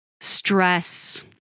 stress